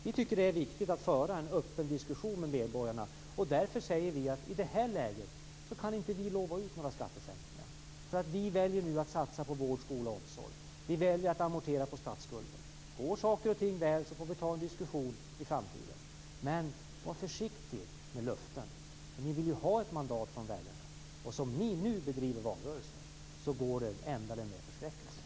Vi tycker att det är viktigt att föra en öppen diskussion med medborgarna. Därför säger vi att vi i detta läge inte kan utlova några skattesänkningar. Vi väljer nu att satsa på vård, skola och omsorg. Vi väljer att amortera på statsskulden. Går saker och ting väl får vi ta en diskussion i framtiden. Var försiktiga med löften. Ni vill ju ha ett mandat från väljarna. Som ni nu bedriver valrörelse ändar det med förskräckelse.